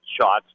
shots